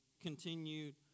continued